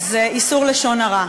איסור לשון הרע.